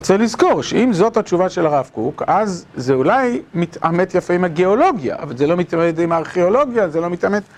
צריך לזכור שאם זאת התשובה של הרב קוק, אז זה אולי מתעמת יפה עם הגיאולוגיה, אבל זה לא מתעמת יפה עם הארכיאולוגיה, זה לא מתעמת...